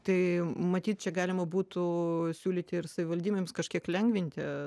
tai matyt čia galima būtų siūlyti ir savivaldybėms kažkiek lengvinti